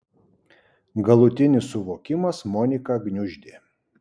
galutinis suvokimas moniką gniuždė